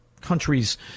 countries